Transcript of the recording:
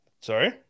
Sorry